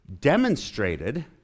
demonstrated